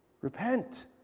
Repent